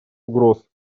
угроз